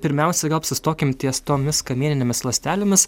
pirmiausia gal apsistokim ties tomis kamieninėmis ląstelėmis